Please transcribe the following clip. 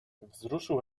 wzruszył